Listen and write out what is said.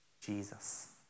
Jesus